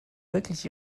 wirklich